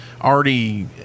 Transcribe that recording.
already